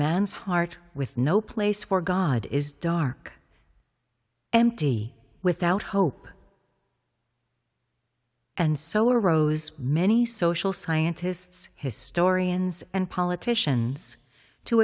man's heart with no place for god is dark empty without hope and so arose many social scientists historians and politicians to